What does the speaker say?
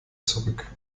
zurück